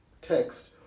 text